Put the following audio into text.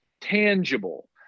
tangible